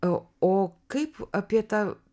o o kaip apie tą